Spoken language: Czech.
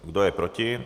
Kdo je proti?